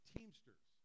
Teamsters